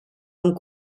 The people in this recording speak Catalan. amb